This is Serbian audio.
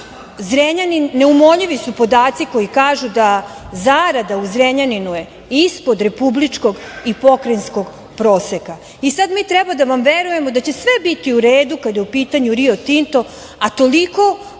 Tintom“.Zrenjanin, neumoljivi su podaci koji kažu da zarada u Zrenjaninu je ispod republičkog i pokrajinskog proseka. I sad mi treba da vam verujemo da će sve biti u redu kada je u pitanju „Rio Tinto“, a toliko